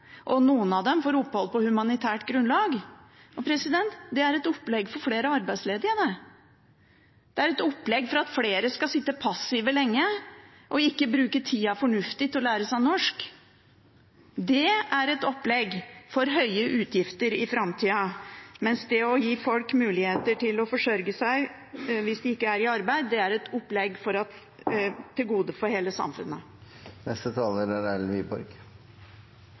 og noen av dem kan få flyktningopphold, og noen av dem får opphold på humanitært grunnlag. Det er et opplegg for flere arbeidsledige. Det er et opplegg for at flere skal sitte passive lenge og ikke bruke tida fornuftig og lære seg norsk. Det er et opplegg for høye utgifter i framtida, mens det å gi folk mulighet til å forsørge seg hvis de ikke er i arbeid, er et opplegg til gode for hele samfunnet.